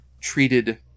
treated